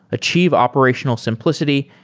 achieve operational simplicity,